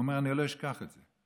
והוא אומר: אני לא אשכח את זה.